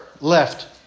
left